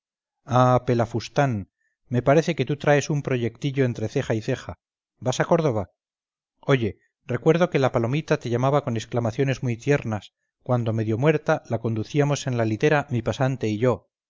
ah pelafustán me parece que tú traes un proyectillo entre ceja y ceja vas a córdoba oye recuerdo que la palomita te llamaba con exclamaciones muy tiernas cuando medio muerta la conducíamos en la litera mi pasante y yo